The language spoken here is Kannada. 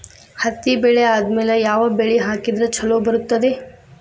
ಹತ್ತಿ ಬೆಳೆ ಆದ್ಮೇಲ ಯಾವ ಬೆಳಿ ಹಾಕಿದ್ರ ಛಲೋ ಬರುತ್ತದೆ?